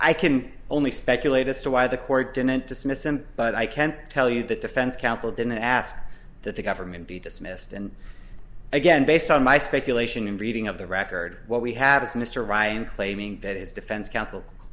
i can only speculate as to why the court didn't dismiss him but i can tell you that defense counsel didn't ask that the government be dismissed and again based on my speculation and reading of the record what we have is mr ryan claiming that his defense counsel